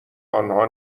آنها